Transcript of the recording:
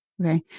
Okay